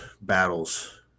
battles